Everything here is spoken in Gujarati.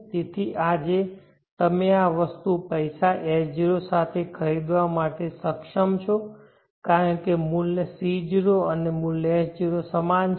તેથી આજે તમે આ વસ્તુ પૈસા S0 સાથે ખરીદવા માટે સક્ષમ છો કારણ કે મૂલ્ય C0 અને મૂલ્ય S0 સમાન છે